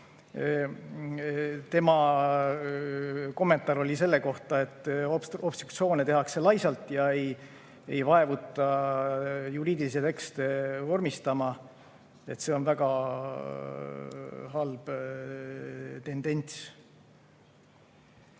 Tema kommentaar oli selle kohta, et obstruktsioone tehakse laisalt ja ei vaevuta juriidilisi tekste vormistama, mis on väga halb tendents.